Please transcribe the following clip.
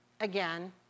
again